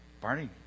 Barney